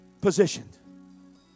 positioned